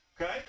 Okay